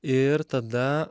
ir tada